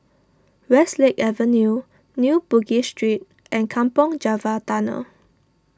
Westlake Avenue New Bugis Street and Kampong Java Tunnel